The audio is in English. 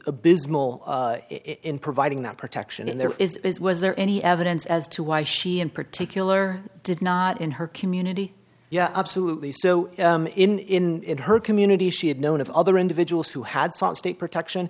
abysmal in providing that protection and there is was there any evidence as to why she in particular did not in her community yeah absolutely so in her community she had known of other individuals who had sought state protection